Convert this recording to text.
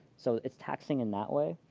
so it's taxing in that way.